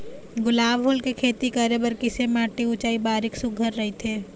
गुलाब फूल के खेती करे बर किसे माटी ऊंचाई बारिखा सुघ्घर राइथे?